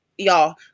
y'all